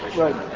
right